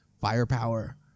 firepower